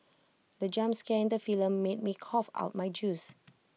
the jump scare in the film made me cough out my juice